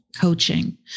coaching